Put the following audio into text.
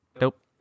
Nope